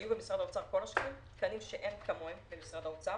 היו במשרד האוצר כל השנים תקנים שאין כמותם במשרד האוצר,